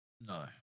No